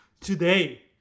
today